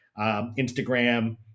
Instagram